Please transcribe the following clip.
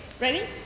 ready